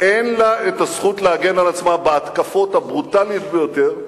אין לה הזכות להגן על עצמה בהתקפות הברוטליות ביותר.